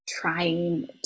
trying